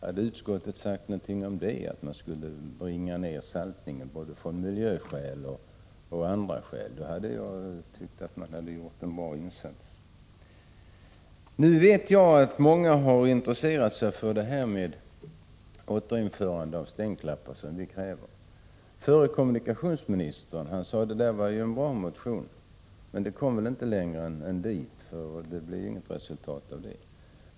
Om utskottet hade sagt någonting om att man borde bringa ner saltningen både av miljöskäl och av andra skäl, så hade jag tyckt att utskottet gjort en bra insats. Jag vet att många har intresserat sig för ett återinförande av stänklappar, vilket vi kräver. Förre kommunikationsministern sade: Det där var en bra motion. Men detta kom tydligen inte längre, för det blev inget resultat.